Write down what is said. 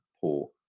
poor